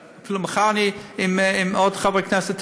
אפילו מחר אני עם עוד חברי כנסת,